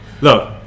Look